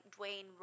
Dwayne